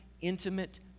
intimate